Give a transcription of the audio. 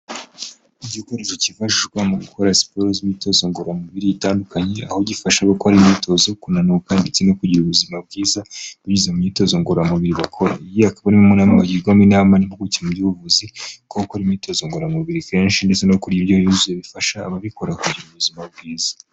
Igikoresho kifashishwa mu gukora siporo z'imyitozo ngororamubiri itandukanye, aho gifasha abakora imyitozo kunanura imitsi no kugira ubuzima bwiza, binyunze mu myitozo ngororamubiri bakora, iyi akaba ari imwe mu nama bagirwamo inama n'impuguke mu by'ubuvuzi, bwo gukora imyitozo ngororamubiri kenshi ndetse no kurya indyo yuzuye bifasha ababikora kugira ubuzima bwiza.